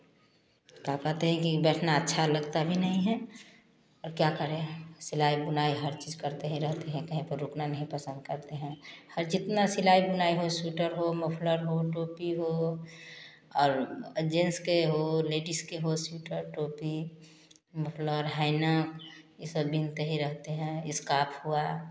कह पाते हैं कि बैठना अच्छा लगता भी नहीं है और क्या करें सिलाई बुनाई हर चीज़ करते ही रहते हैं कहीं पर रुकना नहीं पसंद करते हैं हर जितना सिलाई बुनाई हो सूइटर हो मोफ्लर हो टोपी हो और जेन्स के हो लेडीस के हो सिउटर टोपी मोफ्लर है ना कि यह सब बुनते ही रहते हैं इस्काफ हुआ